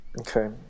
Okay